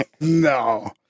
No